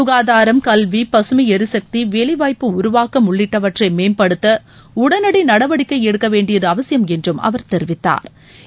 சுகாதாரம் கல்வி பசுமை எரிசக்தி வேலைவாய்ப்பு உருவாக்கம் உள்ளிட்டவற்றை மேம்படுத்த உடனடி நடவடிக்கைகள் எடுக்க வேண்டியது அவசியம் என்றும் அவர் தெரிவித்தாள்